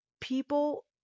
people